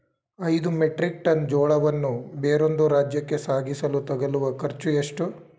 ಐದು metric tonne ಜೋಳವನ್ನು ಬೇರೊಂದು ರಾಜ್ಯಕ್ಕೆ ಸಾಗಿಸಲು ತಗಲುವ ಖರ್ಚು ಎಷ್ಟು?